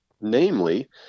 namely